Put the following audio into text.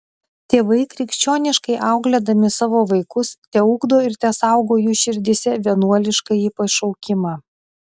tėvai krikščioniškai auklėdami savo vaikus teugdo ir tesaugo jų širdyse vienuoliškąjį pašaukimą